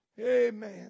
Amen